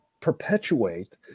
perpetuate